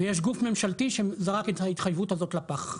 ויש גוף ממשלתי שזרק את ההתחייבות הזאת לפח.